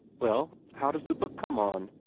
well, how does the book come on?